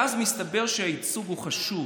ואז מסתבר שהייצוג הוא חשוב.